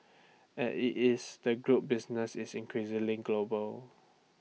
at IT is the group's business is increasingly global